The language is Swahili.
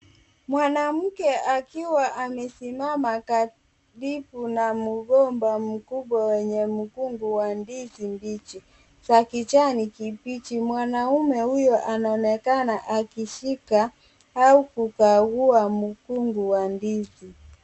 Mwanamke akiwa amesimama karibu na mgomba mkubwa, wenye mkungu wa ndizi mbichi za kijani kibichi. Mwanaume huyo anaonekana akishika au kukagua mkungu wa ndizi.